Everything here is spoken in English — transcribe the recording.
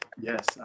Yes